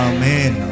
Amen